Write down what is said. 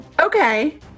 Okay